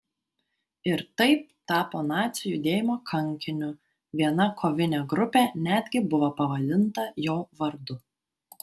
ir taip tapo nacių judėjimo kankiniu viena kovinė grupė netgi buvo pavadinta jo vardu